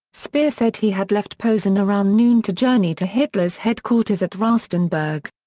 speer said he had left posen around noon to journey to hitler's headquarters at rastenburg.